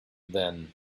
then